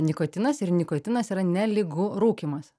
nikotinas ir nikotinas yra nelygu rūkymas